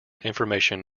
information